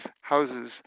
Houses